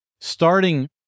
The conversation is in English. starting